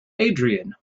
adrian